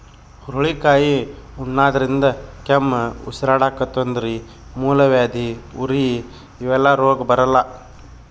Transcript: ಹುರಳಿಕಾಯಿ ಉಣಾದ್ರಿನ್ದ ಕೆಮ್ಮ್, ಉಸರಾಡಕ್ಕ್ ತೊಂದ್ರಿ, ಮೂಲವ್ಯಾಧಿ, ಉರಿ ಇವೆಲ್ಲ ರೋಗ್ ಬರಲ್ಲಾ